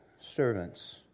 servants